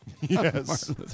Yes